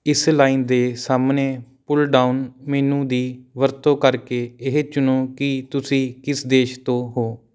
ਇਸ ਲਾਈਨ ਦੇ ਸਾਹਮਣੇ ਪੁਲਡਾਊਨ ਮੀਨੂੰ ਦੀ ਵਰਤੋਂ ਕਰਕੇ ਇਹ ਚੁਣੋ ਕਿ ਤੁਸੀਂ ਕਿਸ ਦੇਸ਼ ਤੋਂ ਹੋ